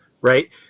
right